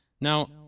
Now